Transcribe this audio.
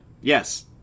Yes